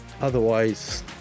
Otherwise